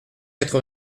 quatre